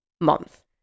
month